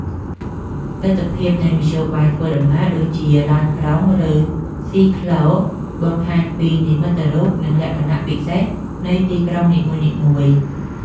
ទិដ្ឋភាពនៃមធ្យោបាយធ្វើដំណើរដូចជា ឡានក្រុង ឬស៊ីក្លូ បង្ហាញពីនិមិត្តរូប និងលក្ខណៈពិសេសនៃទីក្រុងនីមួយៗ។